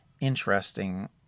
interesting